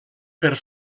per